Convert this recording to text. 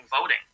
voting